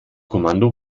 kommando